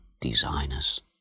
designers